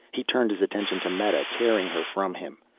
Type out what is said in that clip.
he turned his attention to meta, tearing her from him.